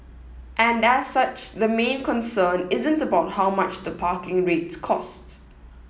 and as such the main concern isn't about how much the parking rates cost